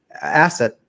asset